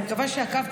אני מקווה שעקבת.